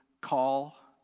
call